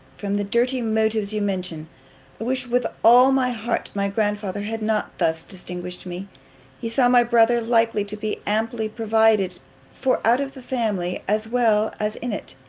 from the dirty motives you mention. i wish with all my heart my grandfather had not thus distinguished me he saw my brother likely to be amply provided for out of the family, as well as in it